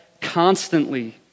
constantly